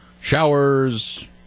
showers